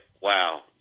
wow